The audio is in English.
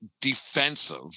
defensive